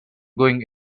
going